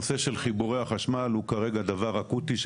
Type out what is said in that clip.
הנושא של חיבורי החשמל הוא כרגע דבר אקוטי,